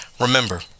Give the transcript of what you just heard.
Remember